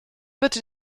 bitte